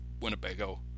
Winnebago